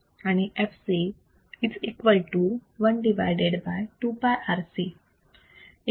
आणि fc 1 2 πRC